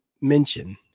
mention